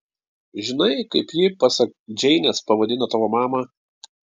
žinai kaip ji pasak džeinės pavadino tavo mamą